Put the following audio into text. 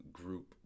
group